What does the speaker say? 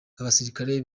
abasirikare